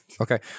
Okay